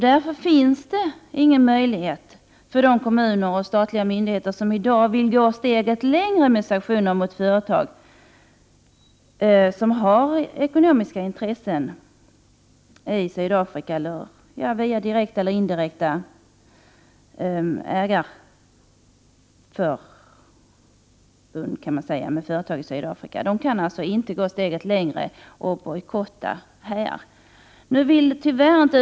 Därför finns det inte någon möjlighet för de kommuner och statliga myndigheter som så vill att i dag gå ett steg längre med sanktioner mot företag som har ekonomiska intressen i Sydafrika via direkta eller indirekta ägareförbund med företag i Sydafrika. Det är alltså i dag inte möjligt att gå ett steg längre och bojkotta sådana företag här i landet.